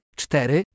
cztery